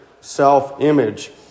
self-image